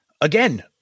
again